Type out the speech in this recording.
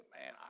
man